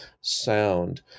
sound